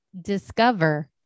Discover